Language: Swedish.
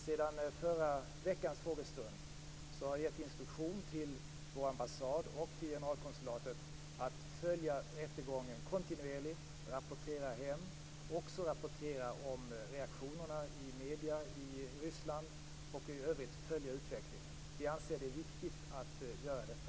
Sedan förra veckans frågestund har jag gett i instruktion till vår ambassad och till generalkonsulatet att följa rättegången kontinuerligt, rapportera hem, också om reaktionerna i medierna i Ryssland, och i övrigt följa utvecklingen. Vi anser det viktigt att göra detta.